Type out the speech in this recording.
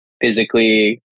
physically